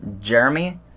Jeremy